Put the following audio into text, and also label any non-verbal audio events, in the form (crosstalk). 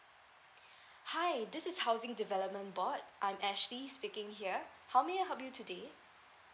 (breath) hi this is housing development board I'm ashley speaking here how may I help you today